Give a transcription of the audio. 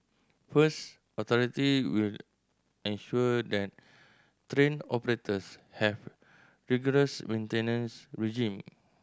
first authority will ensure that train operators have rigorous maintenance regime